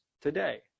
today